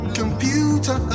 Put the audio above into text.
computer